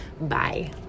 Bye